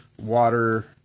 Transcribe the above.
water